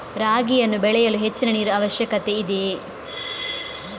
ರಾಗಿಯನ್ನು ಬೆಳೆಯಲು ಹೆಚ್ಚಿನ ನೀರಿನ ಅವಶ್ಯಕತೆ ಇದೆಯೇ?